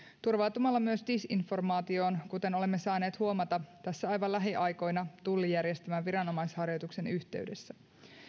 turvautumalla myös disinformaatioon kuten olemme saaneet huomata tässä aivan lähiaikoina tullijärjestelmän viranomaisharjoituksen yhteydessä